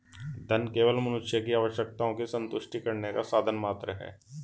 धन केवल मनुष्य की आवश्यकताओं की संतुष्टि करने का साधन मात्र है